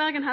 Helse Bergen